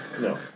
no